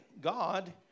God